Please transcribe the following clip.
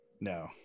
No